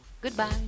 Goodbye